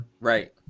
Right